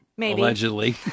allegedly